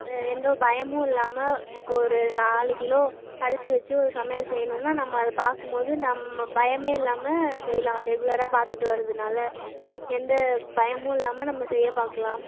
எந்த பயமும் இல்லாமல் இப்போ ஒரு நாலு கிலோ அரிசி வச்சு ஒரு சமையல் செய்யணுன்னா நம்ம அதை பார்க்கும்போது நம்ம பயமே இல்லாமல் செய்யலாம் ரெகுலராக பார்த்துட்டு வருதுனால எந்த பயமும் இல்லாமல் நம்ம செய்யப் பார்க்குலாம்